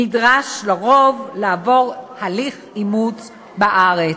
נדרש לרוב לעבור הליך אימוץ בארץ.